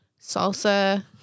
salsa